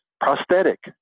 prosthetic